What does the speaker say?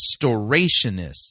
restorationists